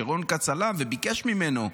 שרון כץ עלה וביקש ממנו.